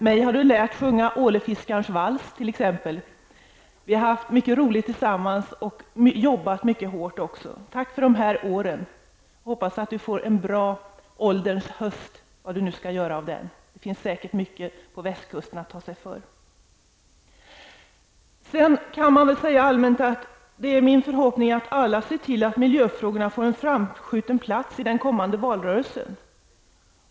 Mig har du t.ex. lärt att sjunga Ålefiskarens vals. Vi har haft mycket roligt tillsammans, och vi har arbetat hårt tillsammans. Tack för de åren! Jag hoppas att du får en bra ålderns höst -- vad du nu skall göra med den. Det finns säkert mycket på västkusten att ta sig för. Det är min förhoppning att alla ser till att miljöfrågorna får en framskjuten plats i den kommande valrörelsen.